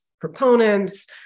proponents